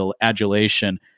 adulation